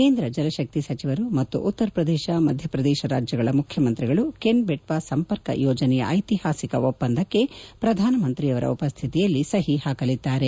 ಕೇಂದ್ರ ಜಲಶಕ್ತಿ ಸಚಿವರು ಮತ್ತು ಉತ್ತರ ಪ್ರದೇಶ ಮಧ್ಯಪ್ರದೇಶ ರಾಜ್ಯಗಳ ಮುಖ್ಯಮಂತ್ರಿಗಳು ಕೆನ್ ಬೆಟ್ಲಾ ಸಂಪರ್ಕ ಯೋಜನೆಯ ಐತಿಹಾಸಿಕ ಒಪ್ಪಂದಕ್ಕೆ ಪ್ರಧಾನಮಂತ್ರಿಯವರ ಉಪಸ್ಥಿತಿಯಲ್ಲಿ ಸಹಿ ಹಾಕಲಿದ್ದಾರೆ